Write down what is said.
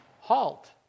halt